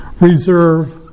reserve